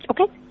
Okay